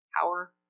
power